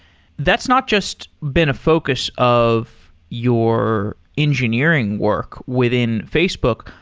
that's not just been a focus of your engineering work within facebook,